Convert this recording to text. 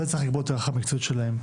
זה צריך לקבוע בהיררכיה המקצועית שלהם.